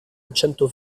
accento